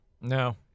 No